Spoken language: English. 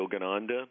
Yogananda